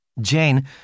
Jane